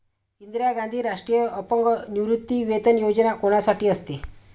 इंदिरा गांधी राष्ट्रीय अपंग निवृत्तीवेतन योजना कोणासाठी असते?